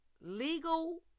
legal